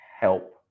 help